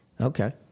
Okay